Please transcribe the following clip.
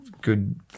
good